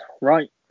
right